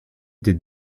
des